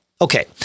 Okay